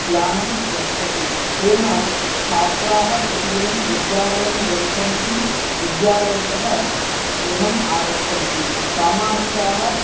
यानं गच्छति तेन छात्राः प्रतिदिनं विद्यालयं गच्छन्ति विद्यालयतः गृहम् आगच्छन्ति सामाजिकाः